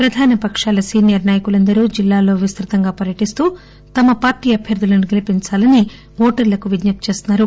ప్రధాన పకాల సీనియర్ నాయకులందరూ జిల్లాల్లో విస్తృతంగా పర్యటిస్తూ తమ పార్టీ అభ్యర్థులను గెలిపించాలని ఓటర్లకు విజ్ఞప్తి చేస్తున్నారు